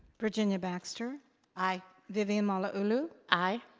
virginia baxter aye. vivian malauulu aye.